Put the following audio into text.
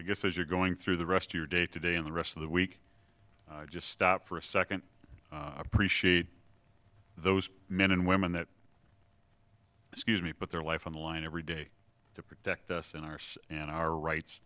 a guess as you're going through the rest of your day today and the rest of the week just stop for a second appreciate those men and women that excuse me put their life on the line every day to protect us in our and our rights